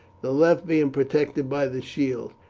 the left being protected by the shield.